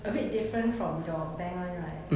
a bit different from your bank [one] right